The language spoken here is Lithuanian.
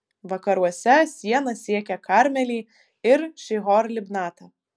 vakaruose siena siekė karmelį ir šihor libnatą